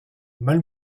mal